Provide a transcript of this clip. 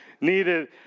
needed